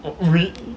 read